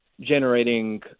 generating